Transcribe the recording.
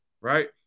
right